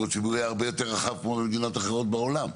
הציבורי היה הרבה יותר רחב כמו במדינות אחרות בעולם,